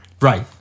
Right